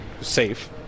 safe